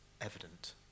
evident